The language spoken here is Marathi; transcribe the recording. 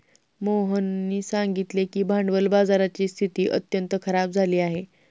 मोहननी सांगितले की भांडवल बाजाराची स्थिती अत्यंत खराब झाली आहे